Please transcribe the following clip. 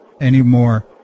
anymore